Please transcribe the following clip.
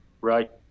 right